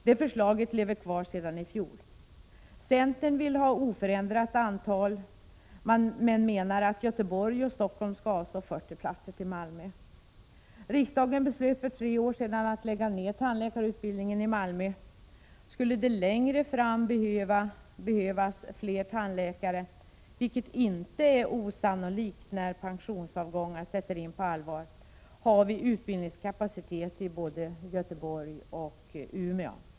Det förslaget lever kvar sedan i fjol. Centern vill ha oförändrat antal utbildningsplatser, men menar att Göteborg och Stockholm skall avstå 40 platser till Malmö. Riksdagen beslöt för tre år sedan att lägga ned tandläkarutbildningen i Malmö. Skulle det längre fram behövas fler tandläkare, vilket kan bli fallet när pensionsavgångar sätter in på allvar, har vi utbildningskapacitet i både Göteborg och Umeå.